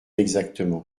exactement